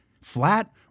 flat